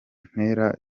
mpera